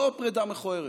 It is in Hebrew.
לא פרידה מכוערת,